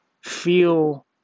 feel